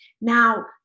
now